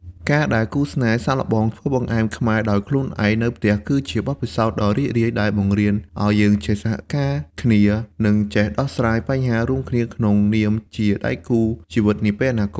ការដែលគូស្នេហ៍សាកល្បងធ្វើបង្អែមខ្មែរដោយខ្លួនឯងនៅផ្ទះ គឺជាបទពិសោធន៍ដ៏រីករាយដែលបង្រៀនឱ្យយើងចេះសហការគ្នា និងចេះដោះស្រាយបញ្ហារួមគ្នាក្នុងនាមជាដៃគូជីវិតនាពេលអនាគត។